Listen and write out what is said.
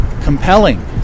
compelling